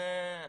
הקליטה.